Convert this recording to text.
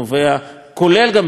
גם במפרץ חיפה,